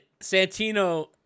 Santino